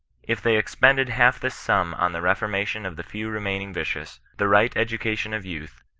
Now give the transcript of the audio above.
if they expended half this sum on the reformation of the few remaining yicious, the right education of youth,